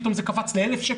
פתאום הקנס קופץ ל-1,000?